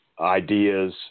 ideas